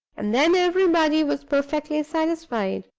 and then everybody was perfectly satisfied.